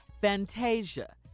Fantasia